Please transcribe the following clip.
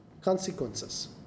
consequences